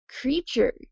creature